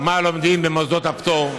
מה לומדים במוסדות הפטור.